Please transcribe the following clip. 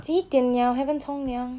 几点 liao haven't 冲凉